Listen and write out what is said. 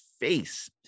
face